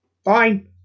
Fine